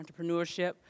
entrepreneurship